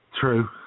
True